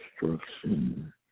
destruction